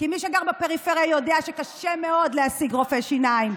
כי מי שגר בפריפריה יודע שקשה מאוד להשיג רופא שיניים,